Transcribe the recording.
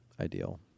ideal